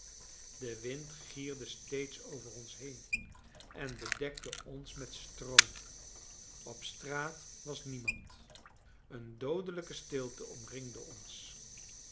de wind gierde steeds over ons heen en bedekte ons met stroo op straat was niemand een doodelijke stilte omringde ons